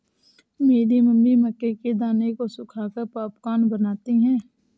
मेरी मम्मी मक्के के दानों को सुखाकर पॉपकॉर्न बनाती हैं